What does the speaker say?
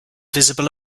visible